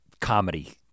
comedy